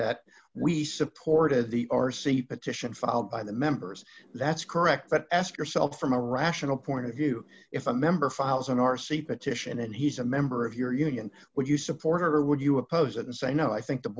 that we supported the r c petition filed by the members that's correct but ask yourself from a rational point of view if a member files an r c petition and he's a member of your union would you support it or would you oppose it and say no i think the